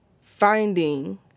finding